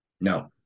No